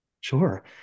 Sure